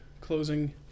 closing